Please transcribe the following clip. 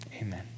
Amen